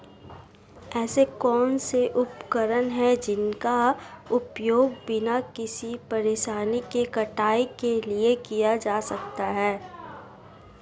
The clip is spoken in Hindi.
ऐसे कौनसे उपकरण हैं जिनका उपयोग बिना किसी परेशानी के कटाई के लिए किया जा सकता है?